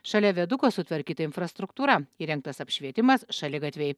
šalia viaduko sutvarkyta infrastruktūra įrengtas apšvietimas šaligatviai